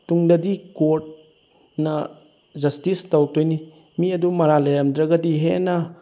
ꯇꯨꯡꯗꯗꯤ ꯀꯣꯔꯠꯅ ꯖꯁꯇꯤꯁ ꯇꯧꯔꯛꯇꯣꯏꯅꯤ ꯃꯤ ꯑꯗꯨ ꯃꯔꯥꯜ ꯂꯩꯔꯝꯗ꯭ꯔꯒꯗꯤ ꯍꯦꯟꯅ